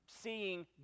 seeing